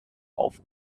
auf